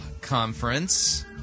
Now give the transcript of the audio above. Conference